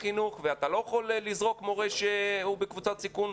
החינוך ואתה לא יכול לזרוק מורה שהוא בקבוצת סיכון,